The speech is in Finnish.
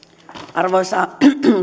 arvoisa